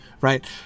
right